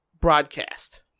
broadcast